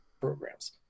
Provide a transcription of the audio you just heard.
programs